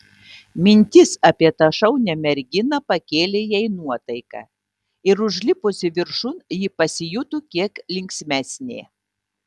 mintis apie tą šaunią merginą pakėlė jai nuotaiką ir užlipusi viršun ji pasijuto kiek linksmesnė